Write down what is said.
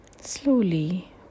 slowly